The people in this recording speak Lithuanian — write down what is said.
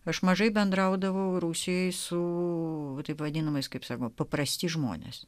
aš mažai bendraudavau rusijoj su taip vadinamais kaip sakoma paprasti žmonės